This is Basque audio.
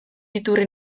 iturri